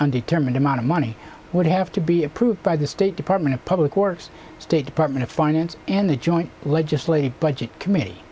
undetermined amount of money would have to be approved by the state department of public works state department of finance and the joint legislative budget committee